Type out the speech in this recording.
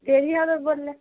দেরি হবে বললে